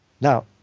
Now